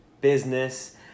business